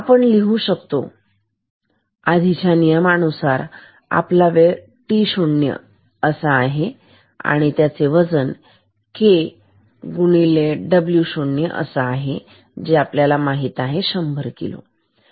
तर आपण लिहू शकतो आधीचा नियमानुसार उंची आपण वेळ t0 म्हणू असेल Kw0 आपल्याला माहित आहे 100 किलो आहे